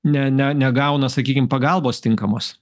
ne ne negauna sakykim pagalbos tinkamos